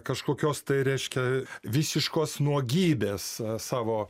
kažkokios tai reiškia visiškos nuogybės savo